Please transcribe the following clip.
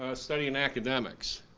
ah studying academics.